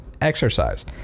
exercise